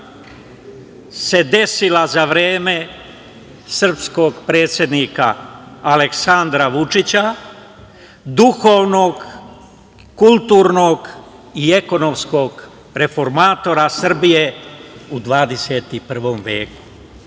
se desila za vreme srpskog predsednika Aleksandra Vučića duhovnog, kulturnog i ekonomskog reformatora Srbije u 21.